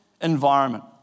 environment